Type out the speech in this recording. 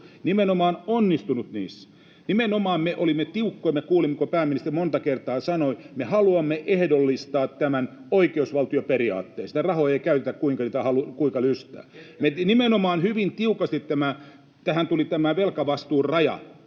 nimenomaan onnistunut niissä. Nimenomaan me olimme tiukkoja. Me kuulimme, kun pääministeri monta kertaa sanoi: me haluamme ehdollistaa tämän oikeusvaltioperiaatteen. Niitä rahoja ei käytetä, kuinka lystää. [Ilkka Kanerva: Ketkä me?] Me nimenomaan hyvin tiukasti... Tähän tuli tämä velkavastuuraja.